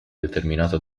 determinato